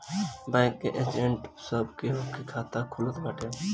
bank के agent सब केहू के खाता खोलत बाटे